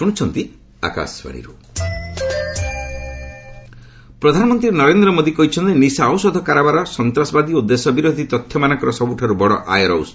PM ନାରକୋଟିକୁ ପ୍ରଧାନମନ୍ତ୍ରୀ ନରେନ୍ଦ୍ର ମୋଦି କହିଛନ୍ତି ନିଶା ଔଷଧ କାରବାର ସନ୍ତାସବାଦୀ ଓ ଦେଶ ବିରୋଧୀ ତଥ୍ୟମାନଙ୍କର ସବୁଠାରୁ ବଡ଼ ଆୟର ଉହ